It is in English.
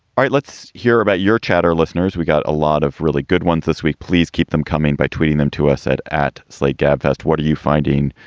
right. let's hear about your chatter, listeners. we got a lot of really good ones this week. please keep them coming by tweeting them to us at at slate gabfests. what are you finding?